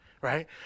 right